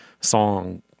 song